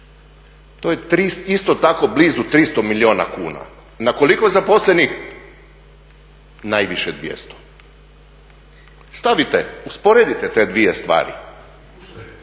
To je isto tako blizu 300 milijuna kuna. Na koliko zaposlenih? Najviše 200. Stavite, usporedite te dvije stvari.